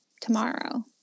tomorrow